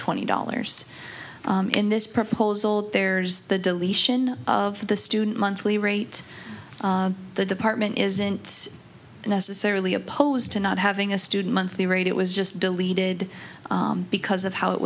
twenty dollars in this proposal there's the deletion of the student monthly rate the department isn't necessarily opposed to not having a student monthly rate it was just deleted because of how it